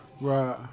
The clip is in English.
Right